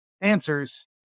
answers